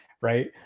right